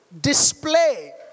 Display